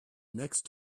next